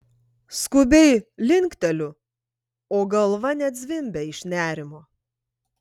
skubiai linkteliu o galva net zvimbia iš nerimo